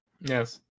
Yes